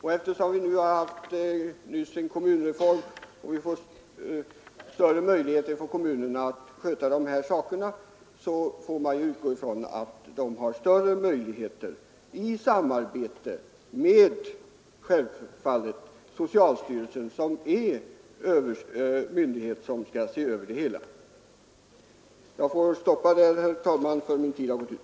Vi har nyligen genomfört en kommunreform som gett kommunerna större möjligheter att sköta de här angelägenheterna, och vi får väl utgå från att kommunerna skall göra det, självfallet i samarbete med socialstyrelsen som är den myndighet som skall se över det hela. Jag får, herr talman, nöja mig med detta eftersom min tid har gått ut.